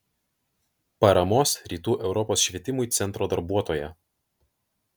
paramos rytų europos švietimui centro darbuotoja